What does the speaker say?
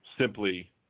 simply